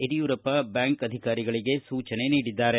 Yediyurappa bank ಅಧಿಕಾರಿಗಳಿಗೆ ಸೂಚನೆ ನೀಡಿದ್ದಾರೆ